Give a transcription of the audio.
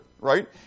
right